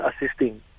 assisting